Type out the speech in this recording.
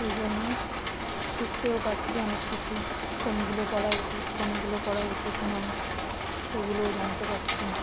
এই জন্য শিখতেও পারছি অনেক কিছু কোনগুলো করা উচিত কোনগুলো করা উচিত নয় এগুলোও জানতে পারছি